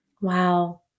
Wow